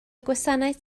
gwasanaeth